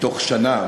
מתוך שנה,